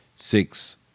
six